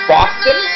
Boston